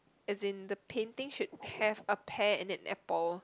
as in the painting should have a pear and an apple